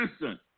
innocent